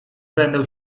będę